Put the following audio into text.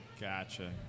gotcha